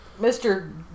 Mr